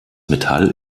metall